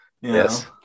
Yes